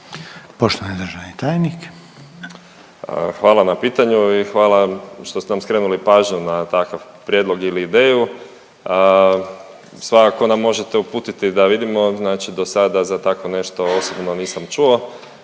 **Zoričić, Davor** Hvala na pitanju i hvala što ste nam skrenuli pažnju na takav prijedlog ili ideju. Svakako nam možete uputiti da vidimo, znači do sada za tako nešto osobno nisam čuo,